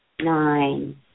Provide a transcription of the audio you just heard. nine